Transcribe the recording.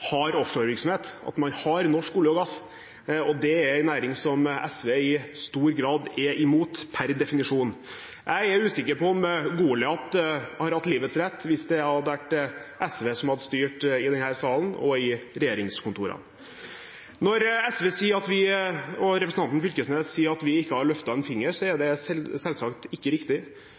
har offshorevirksomhet, at man har olje- og gassaktivitet. Det er en næring som SV i stor grad er imot, per definisjon. Jeg er usikker på om Goliat hadde hatt livets rett hvis det var SV som styrte i denne salen og i regjeringskontorene. Når SV og representanten Knag Fylkesnes sier at vi ikke har løftet en finger, er det selvsagt ikke riktig.